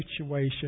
situation